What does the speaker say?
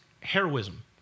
heroism